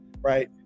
Right